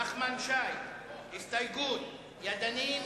נחמן שי, הסתייגות, ידני.